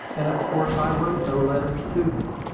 and of course i wrote no letters to him.